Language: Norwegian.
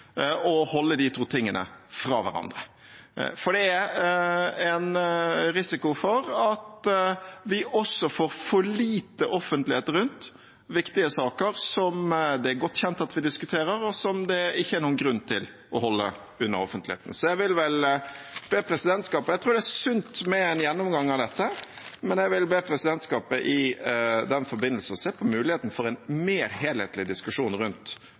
og å holde de to tingene fra hverandre. Det er også en risiko for at vi får for lite offentlighet rundt viktige saker det er godt kjent at vi diskuterer, og som det ikke er noen grunn til å holde unna offentligheten. Jeg tror det er sunt med en gjennomgang av dette, men jeg vil be presidentskapet i den forbindelse om å se på muligheten for en mer helhetlig diskusjon rundt